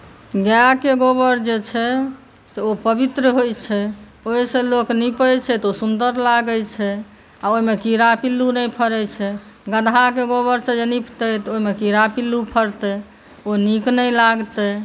गायके गोबर जे छै से ओ पवित्र होइ छै ओहिसॅं लोक निपै छै तऽ ओ सुन्दर लागै छै आ ओहिमे कीड़ा पिल्लू नहि फड़ै छै गदहाके गोबर से जँ निपतै तऽ ओहिमे कीड़ा पिल्लू फड़तै ओ नीक नहि लागतै